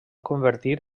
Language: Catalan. convertir